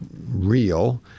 real